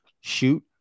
shoot